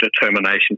determination